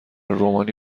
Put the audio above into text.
رومانی